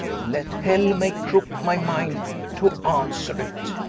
let hell make crook'd my minde to answer it.